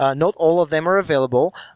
ah not all of them are available,